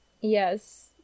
yes